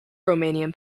romanian